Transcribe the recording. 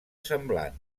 semblant